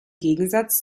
gegensatz